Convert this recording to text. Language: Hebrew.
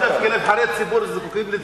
אתה חושב שנבחרי ציבור זקוקים לציונים שלך?